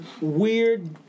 weird